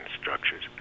structures